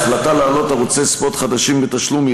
ההחלטה להעלות ערוצי ספורט חדשים בתשלום היא